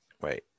Wait